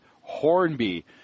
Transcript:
Hornby